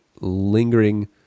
lingering